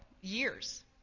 years